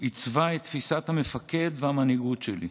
עיצבה את תפיסת המפקד והמנהיגות שלי.